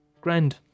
grand